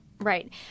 Right